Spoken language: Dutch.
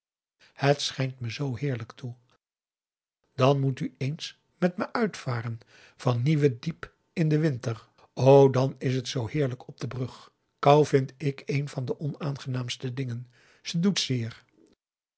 het schijnt me zoo heerlijk toe dan moet u eens met me uitvaren van nieuwediep in den winter o dan is het zoo heerlijk op de brug kou vind ik een van de onaangenaamste dingen ze doet zeer